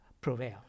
prevail